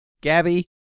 Gabby